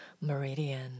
meridian